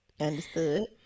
Understood